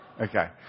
Okay